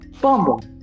Bumble